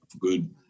good